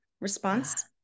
response